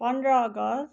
पन्ध्र अगस्त